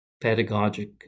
pedagogic